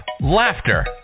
laughter